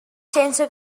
sense